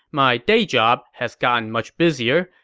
my day job has gotten much busier,